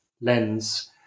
lens